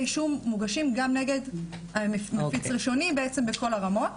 אישום מוגשים גם נגד מפיץ ראשוני בעצם בכל הרמות.